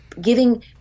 giving